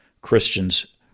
Christians